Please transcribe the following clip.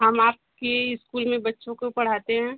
हम आपके इस्कूल में बच्चों को पढ़ाते हैं